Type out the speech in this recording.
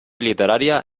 literària